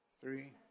three